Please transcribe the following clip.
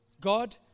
God